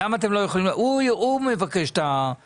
הוא מבקש את הבקשה הזאת.